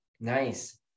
Nice